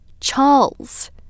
Charles